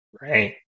right